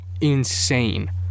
insane